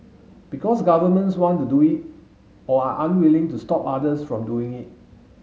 because governments want to do it or are unwilling to stop others from doing it